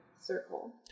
circle